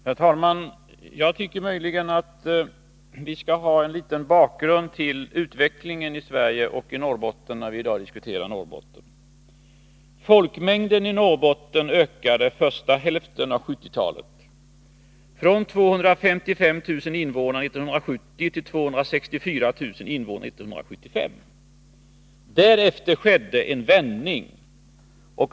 Herr talman! Jag tycker möjligen att vi skall ha en liten bakgrund till utvecklingen i Sverige och Norrbotten när vi i dag diskuterar Norrbotten. Folkmängden i Norrbotten ökade under första hälften av 1970-talet, från 255 000 invånare 1970 till 264 000 invånare 1975. Därefter skedde en vändning.